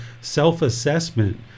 self-assessment